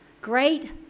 Great